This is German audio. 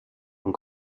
und